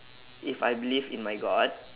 if I believe in my god